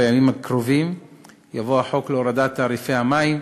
בימים הקרובים יבוא החוק להורדת תעריפי המים,